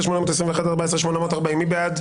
14,801 עד 14,820, מי בעד?